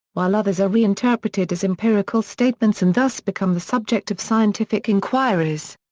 while others are re-interpreted as empirical statements and thus become the subject of scientific inquiries.